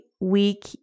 week